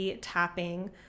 tapping